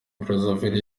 brazzaville